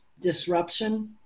disruption